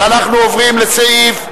ואנחנו עוברים לסעיף,